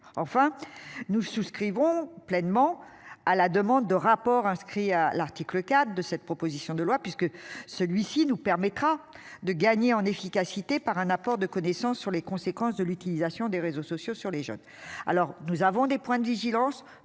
enfin nous souscrivons pleinement à la demande de rapport inscrit à l'article 4 de cette proposition de loi puisque celui-ci nous permettra de gagner en efficacité par un apport de connaissances sur les conséquences de l'utilisation des réseaux sociaux sur les jeunes. Alors nous avons des points de vigilance.